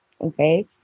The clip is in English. Okay